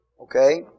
Okay